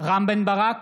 רם בן ברק,